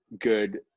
good